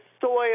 soil